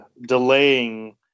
delaying